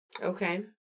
Okay